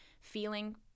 feeling